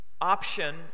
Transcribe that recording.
option